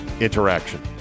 interaction